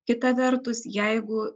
kita vertus jeigu